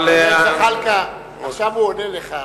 חבר הכנסת זחאלקה, עכשיו הוא עונה לך.